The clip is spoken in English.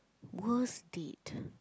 worst date